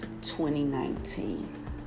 2019